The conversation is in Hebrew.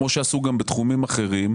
כמו שעשו גם בתחומים אחרים.